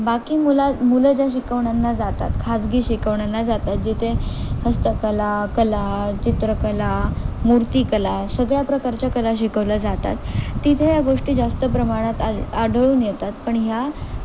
बाकी मुला मुलं ज्या शिकवण्यांना जातात खाजगी शिकवण्यांना जातात जिथे हस्तकला कला चित्रकला मूर्तिकला सगळ्या प्रकारच्या कला शिकवल्या जातात तिथे या गोष्टी जास्त प्रमाणात आ आढळून येतात पण ह्या